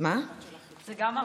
לא כתוב,